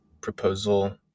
proposal